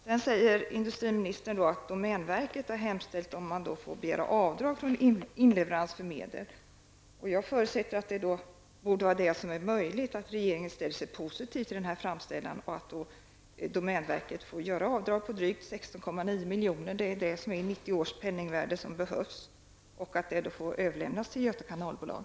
Sedan säger industriministern att domänverket hemställt om att man skall få göra avdrag för inleverans av medel. Jag förutsätter att detta är möjligt och att regeringen ställer sig positiv till denna framställning om att domänverket får göra avdrag med det som behövs, dvs. 16,9 milj.kr. i 1990 års penningvärde, och att den summan får överlämnas till Göta kanalbolag.